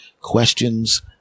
questions